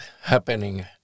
happening